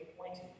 appointed